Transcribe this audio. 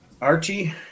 Archie